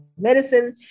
medicine